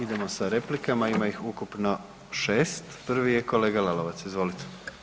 Idemo sa replikama, ima ih ukupno 6. Prvi je kolega Lalovac, izvolite.